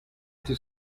meant